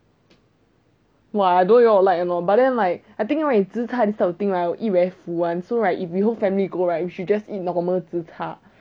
!wah! I don't know you all will like or not but then hor I think right zi char this type of thing right will eat very full [one] so right if we whole family go right we should just a normal zi char